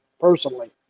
personally